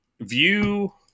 view